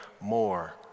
more